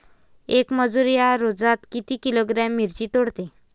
येक मजूर या रोजात किती किलोग्रॅम मिरची तोडते?